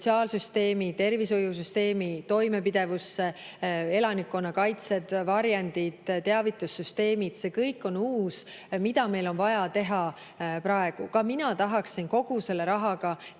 sotsiaalsüsteemi ja tervishoiusüsteemi toimepidevusse. Elanikkonnakaitse, varjendid, teavitussüsteemid – see kõik on uus, mida meil on vaja teha praegu. Ka mina tahaksin kogu selle rahaga teha